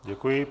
Děkuji.